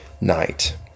night